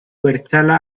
bertzela